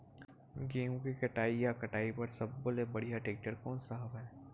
गेहूं के कटाई या कटाई बर सब्बो ले बढ़िया टेक्टर कोन सा हवय?